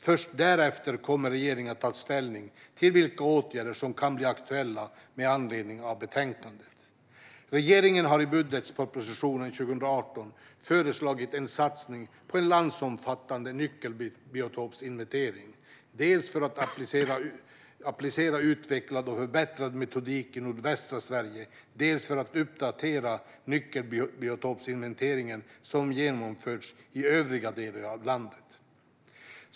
Först därefter kommer regeringen att ta ställning till vilka åtgärder som kan bli aktuella med anledning av betänkandet. Regeringen har i budgetpropositionen för 2018 föreslagit en satsning på en landsomfattande nyckelbiotopsinventering, dels för att applicera utvecklad och förbättrad metodik i nordvästra Sverige, dels för att uppdatera den nyckelbiotopsinventering som genomförts i övriga delar av landet.